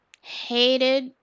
Hated